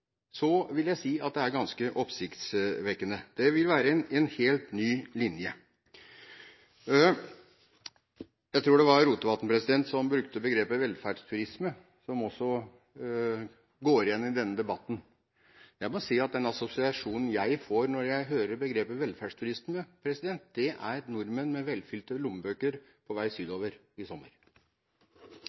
vil jeg si at det er ganske oppsiktsvekkende. Det vil være en helt ny linje. Jeg tror det var Rotevatn som brukte begrepet «velferdsturisme», som også går igjen i denne debatten. Jeg må si at den assosiasjonen jeg får når jeg hører begrepet «velferdsturisme», er nordmenn med velfylte lommebøker på vei sydover i sommer.